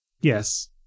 Yes